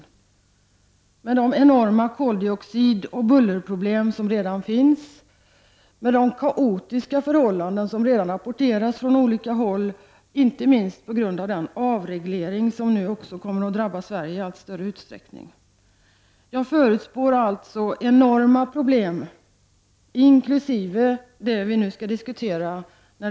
Det finns redan enorma koldioxidoch bullerproblem. Det rapporteras redan om kaotiska förhållanden från olika håll, inte minst beroende på den avreglering som nu också kommer att drabba Sverige i allt större utsträckning. Jag förutspår således enorma problem inkl. dem som vi nu diskuterar.